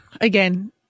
Again